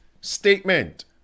statement